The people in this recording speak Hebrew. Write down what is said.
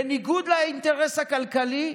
בניגוד לאינטרס הכלכלי,